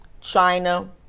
China